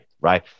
right